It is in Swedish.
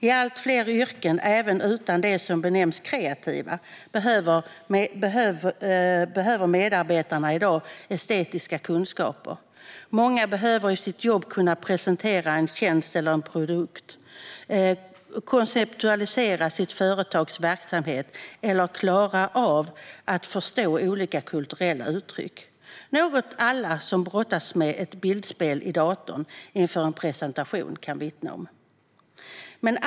I allt fler yrken, även utöver dem som benämns kreativa, behöver medarbetarna i dag estetiska kunskaper. Många behöver i sitt jobb kunna presentera en tjänst eller en produkt, konceptualisera sitt företags verksamhet eller förstå olika kulturella uttryck - något som alla som brottats med ett bildspel i datorn inför en presentation kan vittna om.